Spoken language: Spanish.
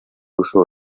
usó